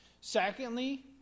Secondly